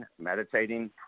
meditating